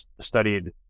studied